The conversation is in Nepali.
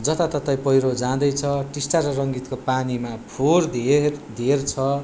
जताततै पैह्रो जाँदैछ टिस्टा र रङ्गितको पानीमा फोहोर धेर धेर छ